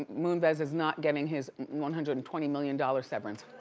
moonves is not getting his one hundred and twenty million dollars severance.